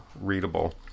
readable